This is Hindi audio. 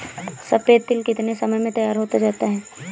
सफेद तिल कितनी समय में तैयार होता जाता है?